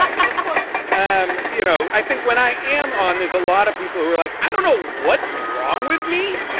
um um of course, um you know, i think when i am on, there's a lot of people who are like, i don't know what's wrong with me.